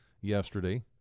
yesterday